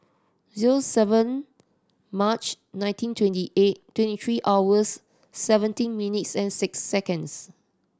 zero seven March nineteen twenty eight twenty three hours seventeen minutes and six seconds